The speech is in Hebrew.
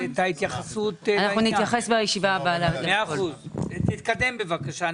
תתקדם, בבקשה.